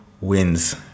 wins